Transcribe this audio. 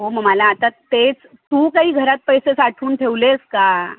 हो म मला आता तेच तू काही घरात पैसे साठवून ठेवलेस का